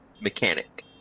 Mechanic